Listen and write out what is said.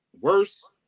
worse